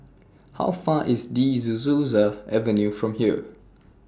How Far away IS De Souza Avenue from here